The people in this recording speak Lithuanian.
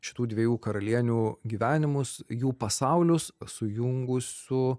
šitų dviejų karalienių gyvenimus jų pasaulius sujungusiu